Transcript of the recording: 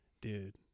Dude